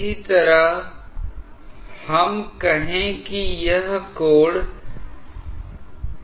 इसी तरह हम कहें कि यह कोण Δβ है